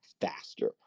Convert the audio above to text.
faster